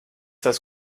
das